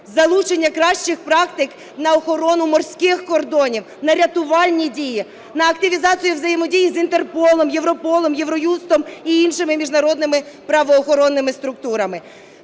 залучення кращих практик на охорону морських кордонів, на рятувальні дії, на активізацію взаємодії з Інтерполом, Європолом, Євроюстом і іншими міжнародними правоохоронними структурами.